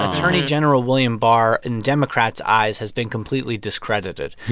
attorney general william barr, in democrats' eyes, has been completely discredited.